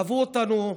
אהבו אותנו.